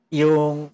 yung